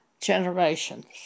generations